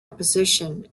opposition